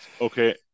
okay